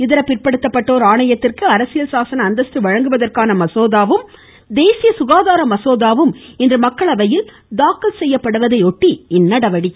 இதர பிற்படுத்தபட்டோர் ஆணையத்திற்கு அரசியல் சாசன அந்தஸ்து வழங்குவதற்கான மசோதாவும் தேசிய சுகாதார மசோதாவும் இன்ற மக்களவையில் தாக்கல் செய்யப்படுவதையொட்டி இந்நடவடிக்கை